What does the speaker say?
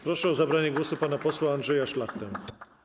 Proszę o zabranie głosu pana posła Andrzeja Szlachtę.